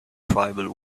tribal